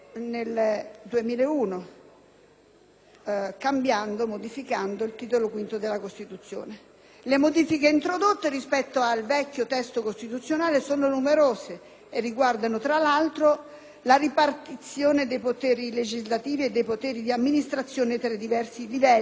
che modificava il Titolo V della Costituzione. Le modifiche introdotte rispetto al vecchio testo costituzionale sono numerose e riguardano, tra l'altro, la ripartizione dei poteri legislativi e di amministrazione tra i diversi livelli di governo presenti in Italia,